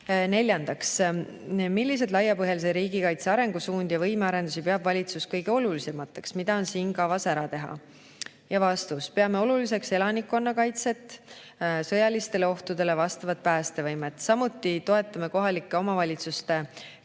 Neljandaks: "Milliseid laiapõhjalise riigikaitse arengusuundi ja võimearendusi peab valitsus kõige olulisemateks? Mida on siin kavas ära teha?" Peame oluliseks elanikkonnakaitset, sõjalistele ohtudele vastavat päästevõimet. Samuti toetame kohalike omavalitsuste